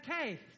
okay